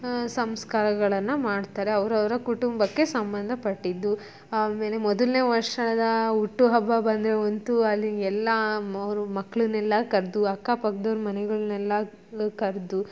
ಸಂಸ್ಕಾರಗಳನ್ನು ಮಾಡ್ತಾರೆ ಅವ್ರ ಅವರ ಕುಟುಂಬಕ್ಕೆ ಸಂಬಂಧಪಟ್ಟಿದ್ದು ಆಮೇಲೆ ಮೊದಲ್ನೇ ವರ್ಷದ ಹುಟ್ಟು ಹಬ್ಬ ಬಂದರೆ ಅಂತೂ ಅಲ್ಲಿ ಎಲ್ಲ ಮ ಅವ್ರ ಮಕ್ಳನ್ನೆಲ್ಲ ಕರೆದು ಅಕ್ಕ ಪಕ್ದವ್ರ ಮನೆಗಳ್ನೆಲ್ಲ ಕರೆದು